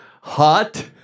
hot